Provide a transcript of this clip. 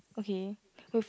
okay with